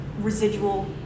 residual